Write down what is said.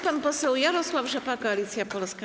Pan poseł Jarosław Rzepa, Koalicja Polska.